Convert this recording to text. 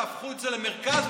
תהפכו את זה למרכז,